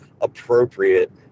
appropriate